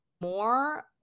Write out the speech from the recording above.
more